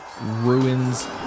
ruins